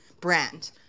brand